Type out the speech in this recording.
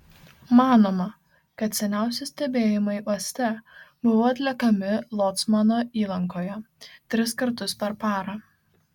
manoma kad seniausi stebėjimai uoste buvo atliekami locmano įlankoje tris kartus per parą